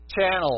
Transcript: Channel